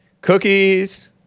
Cookies